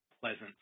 pleasant